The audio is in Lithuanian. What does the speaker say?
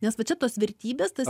nes va čia tos vertybės tas